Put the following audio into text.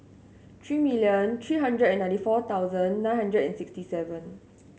three million three hundred and ninety four thousand nine hundred and sixty seven